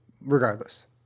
regardless